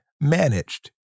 managed